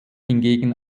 hingegen